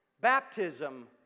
Baptism